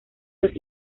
los